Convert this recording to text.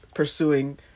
pursuing